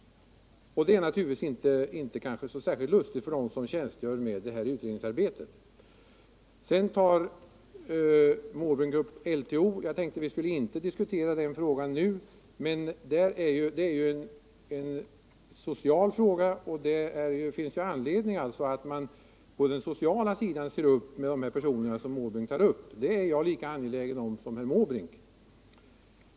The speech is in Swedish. Det är naturligtvis inte särskilt lustigt för dem som har hand om utredningsarbetet. Bertil Måbrink tar också upp LTO. Jag tänker inte diskutera den frågan nu. Det är en social angelägenhet, och det finns anledning att på den sociala sidan se upp med de personer som Bertil Måbrink nämner. Det är jag lika angelägen om som herr Måbrink.